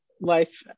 life